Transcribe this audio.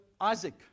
Isaac